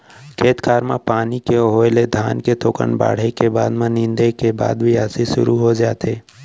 खेत खार म पानी के होय ले धान के थोकन बाढ़े के बाद म नींदे के बाद बियासी सुरू हो जाथे